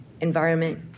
environment